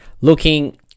looking